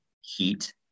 heat